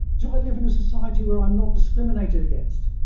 do i live in a society where i'm not discriminated against?